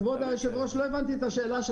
כבוד היושב-ראש, לא הבנתי את השאלה שלך.